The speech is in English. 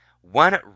one